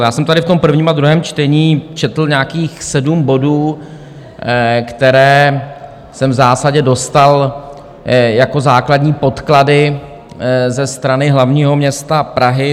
Já jsem tady v prvním a druhém čtení četl nějakých sedm bodů, které jsem v zásadě dostal jako základní podklady ze strany hlavního města Prahy.